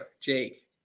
Jake